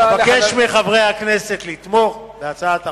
אבקש מחברי הכנסת לתמוך בהצעת החוק.